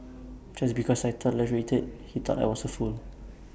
just because I tolerated he thought I was A fool